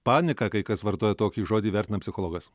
paniką kai kas vartoja tokį žodį vertina psichologas